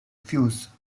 fuse